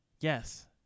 yes